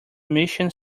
emission